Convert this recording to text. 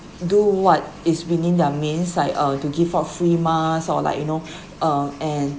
do what is within their means like uh to give out free masks or like you know uh and